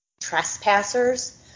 trespassers